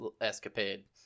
escapade